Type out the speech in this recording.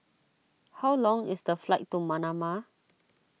how long is the flight to Manama